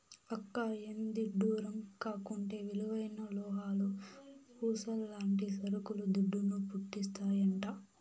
అక్కా, ఎంతిడ్డూరం కాకుంటే విలువైన లోహాలు, పూసల్లాంటి సరుకులు దుడ్డును, పుట్టిస్తాయంట